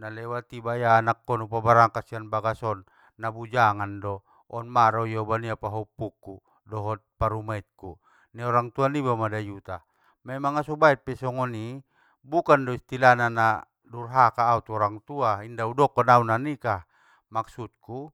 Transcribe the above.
nalewat i baya anakkon upa barangkat sian bagas on, na bujangan do, on ma ro ioban ia pahoppuku dot parumaenku, ning orang tua niba mada i uta, memang aso ubaen pe songoni, bukan do istilahna na durhaka au tu orang tua inda udokon au na nikah, maksudku.